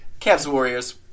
Cavs-Warriors